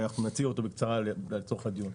נציג אותו בקצרה לצורך הדיון.